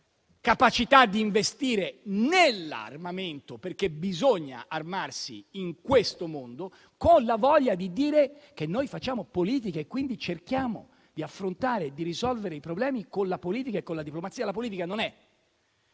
capacità di investire nell'armamento - perché bisogna armarsi in questo mondo - con la voglia di dire che noi facciamo politica e quindi cerchiamo di affrontare e di risolvere i problemi con la politica e con la diplomazia. La guerra non è